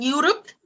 Europe